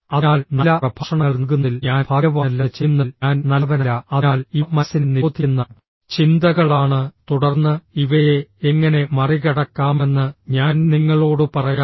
അതിനാൽ നല്ല പ്രഭാഷണങ്ങൾ നൽകുന്നതിൽ ഞാൻ ഭാഗ്യവാനല്ലെന്ന് ചെയ്യുന്നതിൽ ഞാൻ നല്ലവനല്ല അതിനാൽ ഇവ മനസ്സിനെ നിരോധിക്കുന്ന ചിന്തകളാണ് തുടർന്ന് ഇവയെ എങ്ങനെ മറികടക്കാമെന്ന് ഞാൻ നിങ്ങളോട് പറയാം